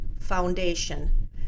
foundation